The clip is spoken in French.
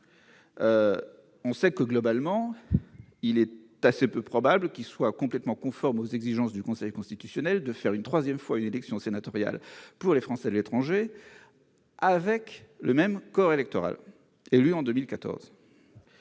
On le sait, il est assez peu probable qu'il soit complètement conforme aux exigences du Conseil constitutionnel de réaliser une troisième fois une élection sénatoriale pour les Français de l'étranger avec le même corps électoral, élu en 2014.